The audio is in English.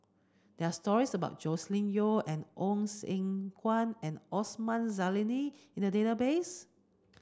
there are stories about Joscelin Yeo and Ong Eng Guan and Osman Zailani in the database